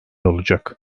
olacak